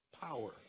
power